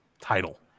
title